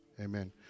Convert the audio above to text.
Amen